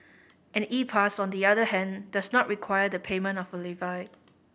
an E Pass on the other hand does not require the payment of a levy